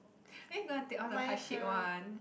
then you're gonna take all the heart shape one